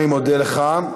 אני מודה לך.